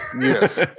yes